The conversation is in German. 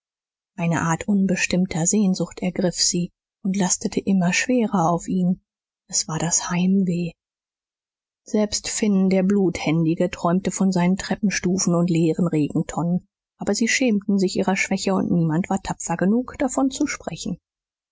eine art unbestimmter sehnsucht ergriff sie und lastete immer schwerer auf ihnen es war das heimweh selbst finn der bluthändige träumte von seinen treppenstufen und leeren regentonnen aber sie schämten sich ihrer schwäche und niemand war tapfer genug davon zu sprechen